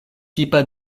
tipa